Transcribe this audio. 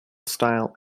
style